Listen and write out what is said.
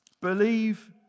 Believe